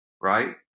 right